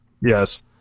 Yes